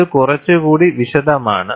ഇത് കുറച്ചുകൂടി വിശദമാണ്